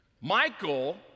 Michael